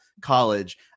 college